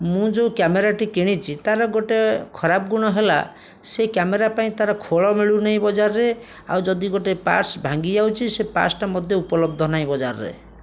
ମୁଁ ଯେଉଁ କ୍ୟାମେରାଟି କିଣିଛି ତା'ର ଗୋଟିଏ ଖରାପ ଗୁଣ ହେଲା ସେ କ୍ୟାମେରା ପାଇଁ ତା'ର ଖୋଳ ମିଳୁନାହିଁ ବଜାରରେ ଆଉ ଯଦି ଗୋଟିଏ ପାର୍ଟସ୍ ଭାଙ୍ଗିଯାଉଛି ସେ ପାର୍ଟସ୍ଟା ମଧ୍ୟ ଉପଲବ୍ଧ ନାହିଁ ବଜାରରେ